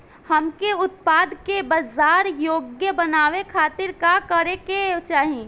हमके उत्पाद के बाजार योग्य बनावे खातिर का करे के चाहीं?